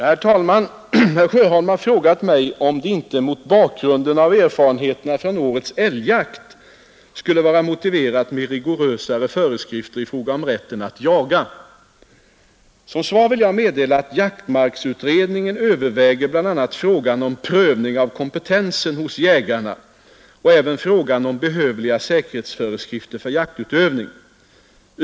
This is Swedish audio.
Herr talman! Herr Sjöholm har frågat mig om det inte, mot bakgrunden av erfarenheterna från årets älgjakt, skulle vara motiverat med rigorösare föreskrifter i fråga om rätten att jaga. Som svar vill jag meddela att jaktmarksutredningen överväger bl.a. frågan om prövning av kompetensen hos jägarna och även frågan om behövliga säkerhetsföreskrifter för jaktutövning.